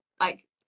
like-